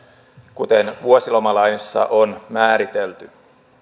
kuten vuosilomalaissa on määritelty